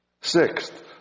Sixth